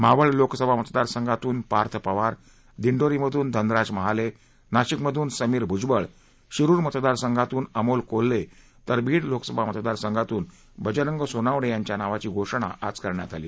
मावळ लोकसभा मतदार संघातून पार्थ पवार दिंडोरीमधून धनराज महाले नाशिकमधून समिर भूजबळ शिरूर मतदार संघातून अमोल कोल्हे तर बीड लोकसभा मतदार संघातून बजरं सोनावणे यांच्या नावाची घोषणा आज करण्यात आली